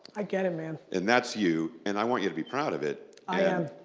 i get it man. and that's you and i want you to be proud of it. i am.